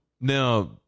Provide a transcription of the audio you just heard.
now